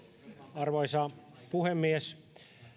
arvoisa puhemies